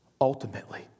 Ultimately